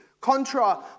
contra